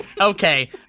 Okay